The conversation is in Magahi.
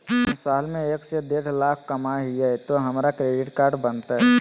हम साल में एक से देढ लाख कमा हिये तो हमरा क्रेडिट कार्ड बनते?